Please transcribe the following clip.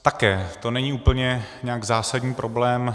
Také to není úplně nějak zásadní problém.